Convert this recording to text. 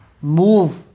Move